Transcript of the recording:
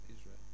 Israel